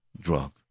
drug